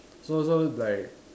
so so like